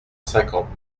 cinquante